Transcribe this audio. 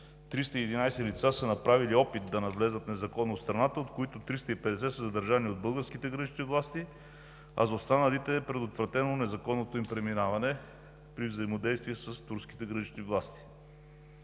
5311 лица са направили опит да навлязат незаконно в страната, от които 350 са задържани от българските гранични власти, а за останалите е предотвратено незаконното им преминаване при взаимодействие с турските гранични власти.